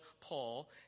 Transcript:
Paul